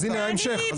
והינה ההמשך.